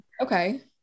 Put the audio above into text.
okay